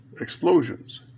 explosions